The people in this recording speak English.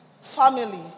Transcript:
family